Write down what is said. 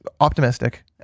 optimistic